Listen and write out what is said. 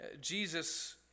Jesus